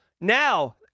now